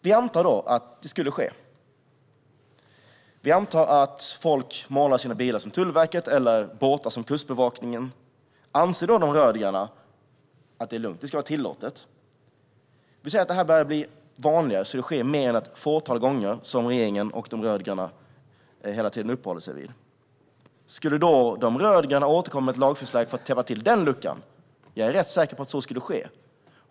Vi antar att folk skulle måla sina bilar så att de ser ut som Tullverkets eller båtar som ser ut som Kustbevakningens. Anser då de rödgröna att det är lugnt, att det ska vara tillåtet? Om det här skulle bli vanligare och ske mer än "ett fåtal gånger", som regeringen och de rödgröna hela tiden uppehåller sig vid, skulle då de rödgröna återkomma med ett lagförslag för att täppa till den luckan? Jag är rätt säker på att så skulle ske.